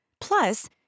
Plus